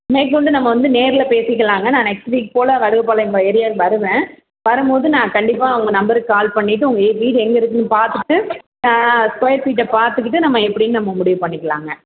மேற்கொண்டு நம்ம வந்து நேரில் பேசிக்கலாங்க நான் நெக்ஸ்ட்டு வீக் போல் வருவேன் போல் உங்கள் ஏரியாவுக்கு வருவேன் வரும்போது நான் கண்டிப்பாக உங்கள் நம்பருக்கு கால் பண்ணிவிட்டு உங்கள் ஏ வீடு எங்கே இருக்குன்னு பார்த்துட்டு ஸ்கொயர் ஃபீட்டை பார்த்துக்கிட்டு நம்ம எப்படின்னு நம்ம முடிவு பண்ணிக்கலாங்க